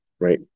right